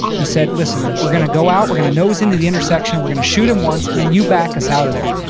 he said, listen. we're gonna go out. we're gonna nose into the intersection. we're gonna shoot him once, and then you back us out of there.